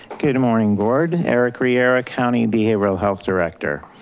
good morning board, eric riera county behavioral health director.